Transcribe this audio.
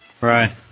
Right